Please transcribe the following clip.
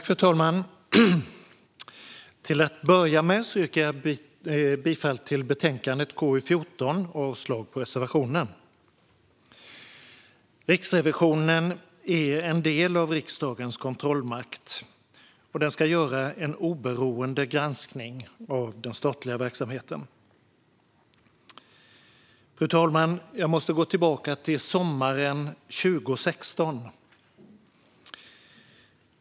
Fru talman! Till att börja med yrkar jag bifall till utskottets förslag i KU14 och avslag på reservationen. Riksrevisionen är en del av riksdagens kontrollmakt, och den ska göra en oberoende granskning av statlig verksamhet. Fru talman! Låt mig gå tillbaka till sommaren 2016.